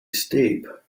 steep